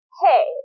hey